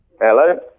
Hello